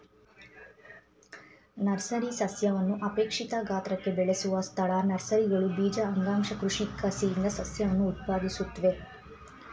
nursery ಸಸ್ಯವನ್ನು ಅಪೇಕ್ಷಿತ ಗಾತ್ರಕ್ಕೆ ಬೆಳೆಸುವ ಸ್ಥಳ ನರ್ಸರಿಗಳು ಬೀಜ ಅಂಗಾಂಶ ಕೃಷಿ ಕಸಿಯಿಂದ ಸಸ್ಯವನ್ನು ಉತ್ಪಾದಿಸುತ್ವೆ